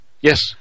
yes